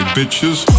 Bitches